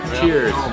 Cheers